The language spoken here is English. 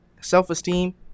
self-esteem